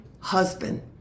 husband